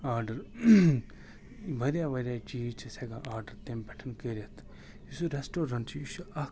order واریاہ واریاہ چیٖز چھِ أسۍ ہیٚکان تَمہِ پٮ۪ٹھ کٔرِتھ یُس یہِ ریٚسٹورنٛٹ چھُ یہِ چھُ اَکھ